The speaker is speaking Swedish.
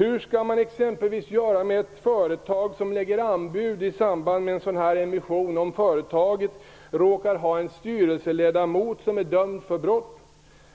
Hur skall man exempelvis göra med ett företag som lägger anbud i samband med en emission om företaget råkar ha en styrelseledamot som är dömd för brott?